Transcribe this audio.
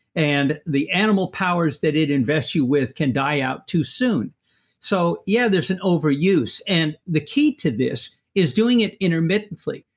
and the animal powers that it invests you with, can die out too soon so yeah, there's an over use, and the key to this is doing it intermittently.